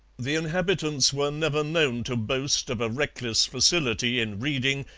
the inhabitants were never known to boast of a reckless facility in reading,